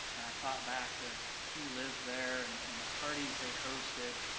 and i thought back to who lived there and the parties they hosted.